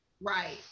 Right